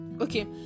Okay